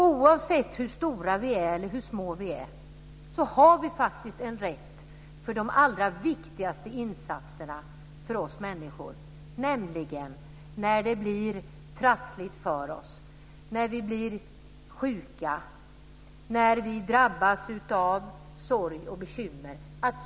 Oavsett hur stora vi är eller hur små vi är har vi faktiskt rätt till de allra viktigaste insatserna för oss människor, nämligen att det finns trygghet just när det blir trassligt för oss, när vi blir sjuka, när vi drabbas av sorg och bekymmer.